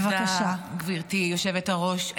תודה, גבירתי היושבת-ראש.